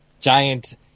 giant